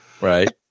Right